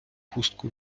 хустку